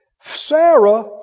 Sarah